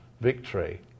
victory